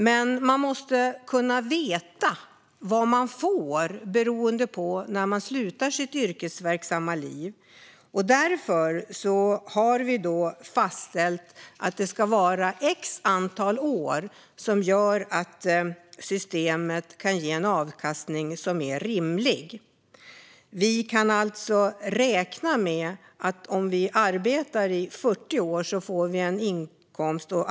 Men man måste kunna veta vad man får beroende på när man slutar sitt yrkesverksamma liv. Därför har vi fastställt att ett visst antal år gör att systemet kan ge en avkastning som är rimlig. Vi kan alltså räkna med att vi om vi arbetar i 40 år får en viss inkomst.